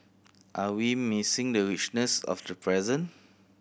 are we missing the richness of the present